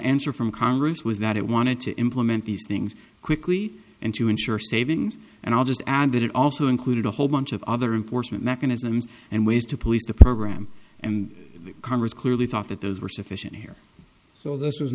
answer from congress was that it wanted to implement these things quickly and to ensure savings and i'll just add that it also included a whole bunch of other enforcement mechanisms and ways to police the program and congress clearly thought that those were sufficient here so this